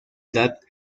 edad